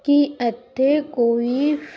ਕੀ ਇੱਥੇ ਕੋਈ